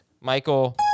Michael